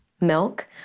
milk